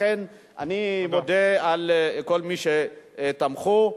לכן אני מודה לכל מי שתמכו.